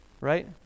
Right